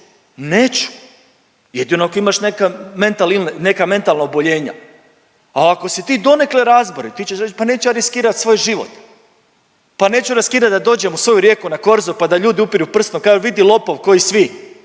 neću, jedino ako imaš neka mentalna oboljenja, al ako si ti donekle razborit ti ćeš reć pa neću ja riskirat svoj život, pa neću riskirat da dođem u svoju Rijeku na Korzo, pa da ljudi upiru prstom i kažu vidi lopov ko i svi